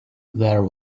there